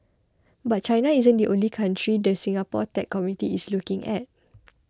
but China isn't the only country the Singapore tech community is looking at